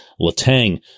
LeTang